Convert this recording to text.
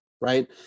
right